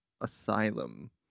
asylum